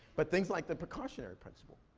but things like the precautionary principle,